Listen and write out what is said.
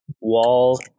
wall